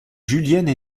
julienne